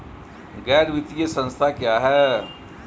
गैर वित्तीय संस्था क्या है?